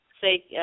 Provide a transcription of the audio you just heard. say